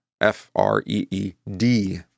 F-R-E-E-D